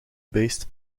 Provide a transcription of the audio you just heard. based